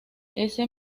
ese